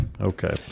Okay